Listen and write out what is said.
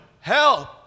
help